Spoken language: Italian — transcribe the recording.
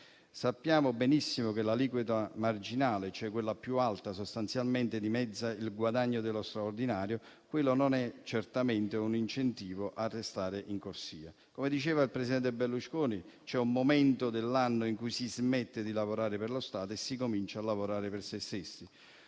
Sappiamo benissimo che l'aliquota marginale, cioè quella più alta, sostanzialmente dimezza il guadagno dello straordinario e quello non è certamente un incentivo a restare in corsia. Come diceva il presidente Berlusconi, c'è un momento dell'anno in cui si smette di lavorare per lo Stato e si comincia a lavorare per sé stessi.